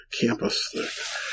campus